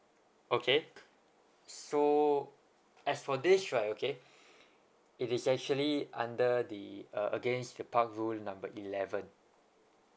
okay so as for this right okay it is actually under the uh against the park rule number eleven